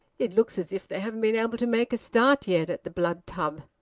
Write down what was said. it looks as if they hadn't been able to make a start yet at the blood tub.